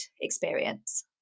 experience